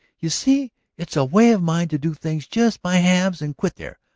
you see it's a way of mine to do things just by halves and quit there.